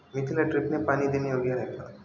मेथीला ड्रिपने पाणी देणे योग्य आहे का?